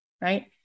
right